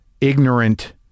ignorant